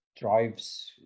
drives